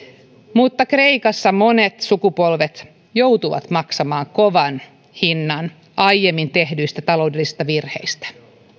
mutta kreikassa monet sukupolvet joutuvat maksamaan kovan hinnan aiemmin tehdyistä taloudellisista virheistä